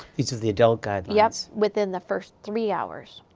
these are the adult guidelines, yep, within the first three hours.